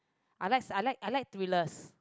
I like s~ I like I like thrillers